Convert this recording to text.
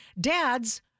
Dads